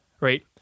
right